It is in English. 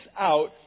out